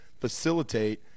facilitate